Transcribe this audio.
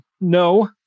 no